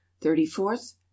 Thirty-fourth